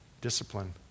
discipline